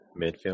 Midfield